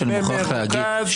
היושב-ראש, אני מוכרח להגיב.